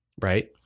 right